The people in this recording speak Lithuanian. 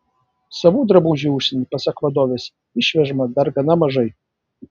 savų drabužių į užsienį pasak vadovės išvežama dar gana mažai